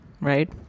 right